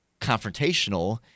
confrontational